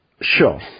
Sure